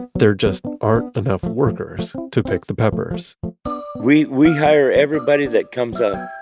there just aren't enough workers to pick the peppers we we hire everybody that comes up.